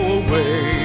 away